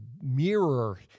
mirror